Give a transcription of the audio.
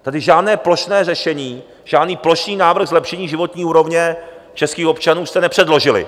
Tady žádné plošné řešení, žádný plošný návrh zlepšení životní úrovně českých občanů jste nepředložili.